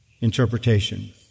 interpretation